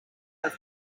out